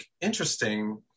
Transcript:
interesting